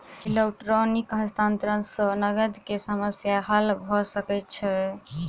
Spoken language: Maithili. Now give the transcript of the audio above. इलेक्ट्रॉनिक हस्तांतरण सॅ नकद के समस्या हल भ सकै छै